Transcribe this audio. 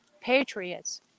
patriots